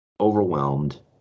overwhelmed